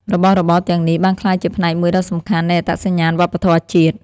របស់របរទាំងនេះបានក្លាយជាផ្នែកមួយដ៏សំខាន់នៃអត្តសញ្ញាណវប្បធម៌ជាតិ។